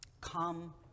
Come